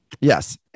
Yes